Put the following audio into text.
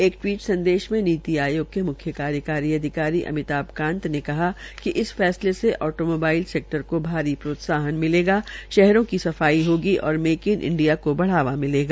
एक टवीट संदेश में नीति आयोग के म्ख्य कार्यकारी अधिकारी अमिताभ कांत ने कहा कि इस फैसले से ओटोमोबाइल सेक्टर को भारी प्रोत्साहन मिलेगा शहरों की सफाई होगी और मेक इन इंडिया को बढ़ावा मिलेगा